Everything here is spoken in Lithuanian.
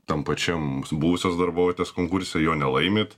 tam pačiam buvusios darbovietės konkurse jo nelaimit